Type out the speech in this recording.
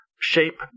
shape